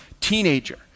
teenager